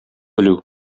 белү